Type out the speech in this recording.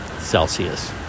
Celsius